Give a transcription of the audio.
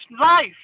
life